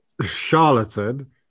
charlatan